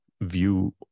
view